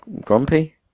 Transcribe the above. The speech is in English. Grumpy